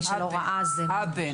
מי שלא ראה --- הבן.